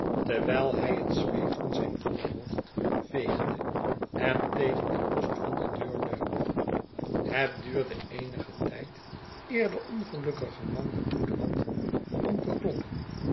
terwijl hij het zweet van zijn voorhoofd veegde en tegen den post van de deur leunde het duurde eenigen tijd eer de ongelukkige man den moed had om te kloppen